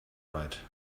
right